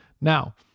Now